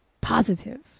positive